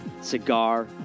Cigar